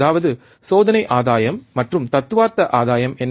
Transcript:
அதாவது சோதனை ஆதாயம் மற்றும் தத்துவார்த்த ஆதாயம் என்ன